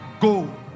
Go